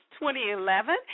2011